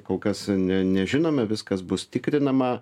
kol kas ne nežinome viskas bus tikrinama